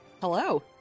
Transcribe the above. Hello